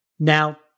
Now